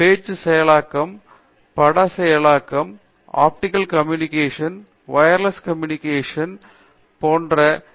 பேச்சு செயலாக்கம் பட செயலாக்கம் ஆப்டிகல் கம்யூனிகேஷன் செயலாக்கம் மேலும் வயர்லெஸ் கம்யூனிகேஷன் கான செயலாக்கமாக இருக்கலாம்